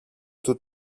του